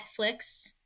Netflix